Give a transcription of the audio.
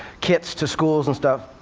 kits, to schools and stuff.